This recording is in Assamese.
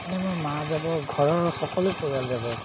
মানে মোৰ মা যাব ঘৰৰ সকলো পৰিয়াল যাব